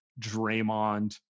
Draymond